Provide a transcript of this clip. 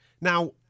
Now